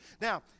Now